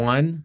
One